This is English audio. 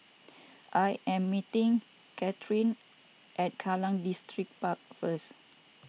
I am meeting Katheryn at Kallang Distripark first